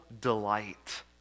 delight